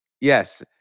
Yes